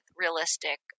realistic